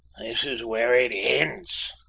this is where it ends!